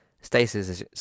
Stasis